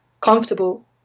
comfortable